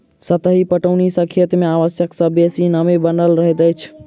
सतही पटौनी सॅ खेत मे आवश्यकता सॅ बेसी नमी बनल रहैत अछि